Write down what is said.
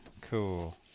cool